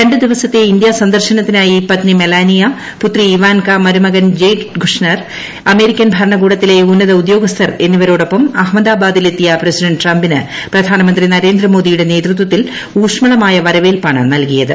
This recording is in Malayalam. ര് ദിവസത്തെ ഇന്ത്യാ സന്ദർശനൃത്തീൻായി പത്നി മെലാനിയ പുത്രി ഇവാൻക മരുമകൻ ജേഡ് ഖുഷ്നീർ അമേരിക്കൻ ഭരണകൂടത്തിലെ ഉന്നത ഉദ്യോഗസ്ഥർ എന്നീപ്പുർോടൊപ്പം അഹമ്മദാബാദിലെത്തിയ പ്രസിഡന്റ് ട്രംപിന് പ്രധാന്ത്മുന്തി നരേന്ദ്രമോദിയുടെ നേതൃത്വത്തിൽ ഊഷ്മളമായ വരവേൽപ്പാണ് നൽകിയത്